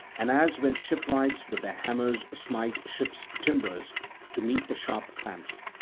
and as when shipwrights with their hammers smite ships' timbers to meet the sharp clamps,